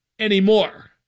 anymore